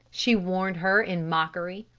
she warned her in mockery.